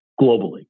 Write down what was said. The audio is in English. globally